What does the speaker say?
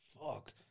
Fuck